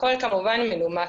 הכול כמובן מנומק.